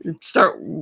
Start